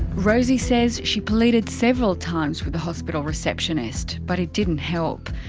rosie says she pleaded several times with the hospital receptionist. but it didn't help.